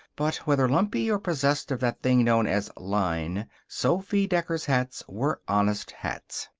but whether lumpy or possessed of that thing known as line, sophy decker's hats were honest hats.